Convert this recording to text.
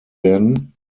werden